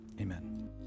Amen